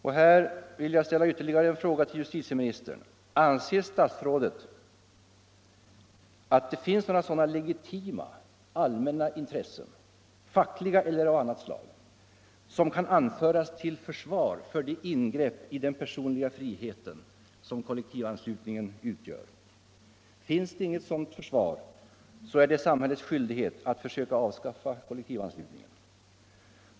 Och här har jag ytterligare en fråga till justitieministern: Anser statsrådet att det finns några sådana legitima allmänna intressen — fackliga eller av annat slag — som kan anföras till försvar för det ingrepp i den personliga friheten som kollektivanslutningen utgör? Finns inget sådant försvar, är det samhällets skyldighet att försöka avskaffa kollektivanslutningen.